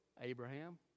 Abraham